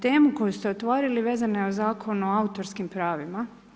Temu koju ste otvorili, vezana je uz zakon o autorskih pravima.